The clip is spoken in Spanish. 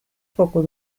poco